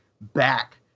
back